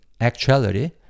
actuality